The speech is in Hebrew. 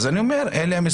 אז אני אומר, אלה המספרים.